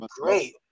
great